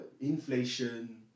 inflation